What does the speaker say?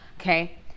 Okay